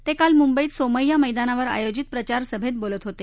ते काल मुंबईत सोमय्या मैदानावर आयोजित प्रचारसभेत बोलत होते